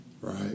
Right